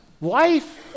life